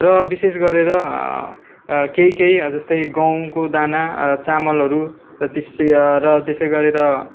र विशेष गरेर केही केही जस्तै गहुँको दाना चामलहरू र तेस र त्यसै गरेर